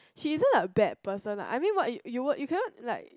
she is not like bad person lah I mean what you you cannot like